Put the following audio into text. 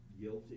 guilty